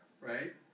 Right